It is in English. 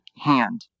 hand